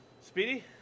Speedy